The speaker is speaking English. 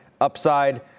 upside